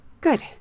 Good